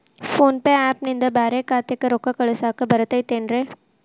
Phone pay app ನಿಂದ ಬ್ಯಾರೆ ಖಾತೆಕ್ ರೊಕ್ಕಾ ಕಳಸಾಕ್ ಬರತೈತೇನ್ರೇ?